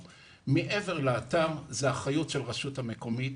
מעבר לאתר זו אחריות של הרשות המקומית